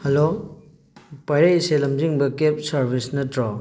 hello ꯄꯥꯏꯔꯛꯏꯁꯦ ꯂꯝꯖꯤꯡꯕ cab service ꯅꯠꯇ꯭ꯔꯣ